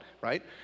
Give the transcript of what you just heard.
right